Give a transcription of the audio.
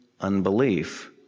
unbelief